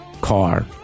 car